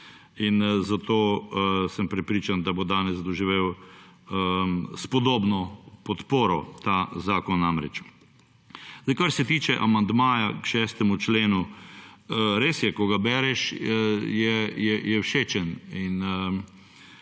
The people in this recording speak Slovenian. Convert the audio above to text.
in zato sem prepričan, da bo danes doživel spodobno podporo ta zakon namreč. Kar se tiče amandmaja k 6. členu. Res je, ko ga bereš, je všečen